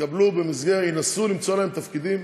יתקבלו במסגרת, ינסו למצוא להם תפקידים,